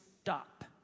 stop